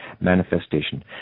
manifestation